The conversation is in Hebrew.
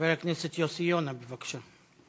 חבר הכנסת יוסי יונה, בבקשה.